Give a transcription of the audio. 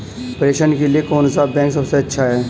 प्रेषण के लिए कौन सा बैंक सबसे अच्छा है?